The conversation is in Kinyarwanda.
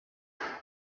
aho